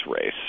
race